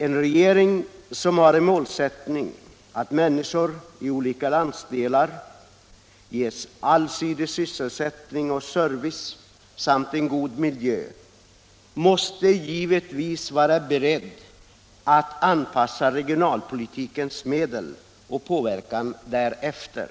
En regering som har målsättningen att människor i olika landsdelar skall ges en allsidig sysselsättning och service samt en god miljö måste givetvis vara beredd att anpassa regeringspolitikens medel och påverkan därefter.